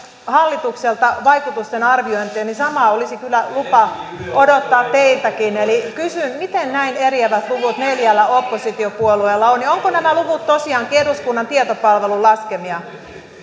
hallitukselta vaikutusten arviointeja ja samaa olisi kyllä lupa odottaa teiltäkin eli kysyn miten näin eriävät luvut neljällä oppositiopuolueella on ja ovatko nämä luvut tosiaankin eduskunnan tietopalvelun laskemia